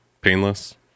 painless